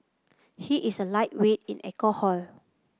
he is a lightweight in alcohol